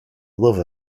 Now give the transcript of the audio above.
love